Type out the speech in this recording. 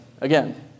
again